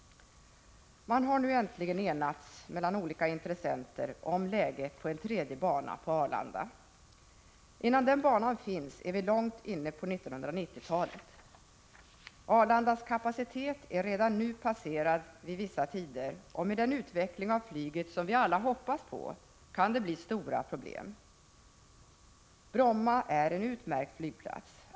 Man har nu äntligen enats mellan olika intressenter om läget för en tredje bana på Arlanda flygplats. Innan den banan finns är vi emellertid långt inne på 1990-talet. Arlandas kapacitet är redan nu passerad vid vissa tider. Med den utveckling av flyget som vi alla hoppas på kan det bli stora problem. Bromma är en utmärkt flygplats.